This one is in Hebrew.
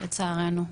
לצערנו.